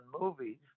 movies